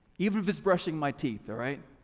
even if it's brushing my teeth, all right?